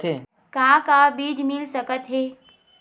का का बीज मिल सकत हे?